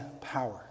power